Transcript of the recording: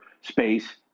space